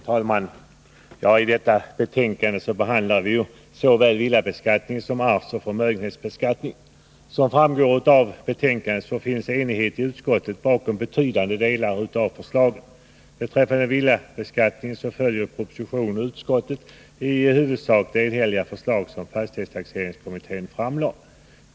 Herr talman! I det betänkande som vi nu behandlar berörs bl.a. ändrade regler för såväl villabeskattningen som arvsoch förmögenhetsbeskattningen. Som framgår av betänkandet finns enighet i utskottet bakom betydande delar av förslagen. Beträffande villabeskattningen följer propositionen och utskottets betänkande i huvudsak de enhälliga förslag som fastighetstaxeringskommittén framlade.